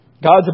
God's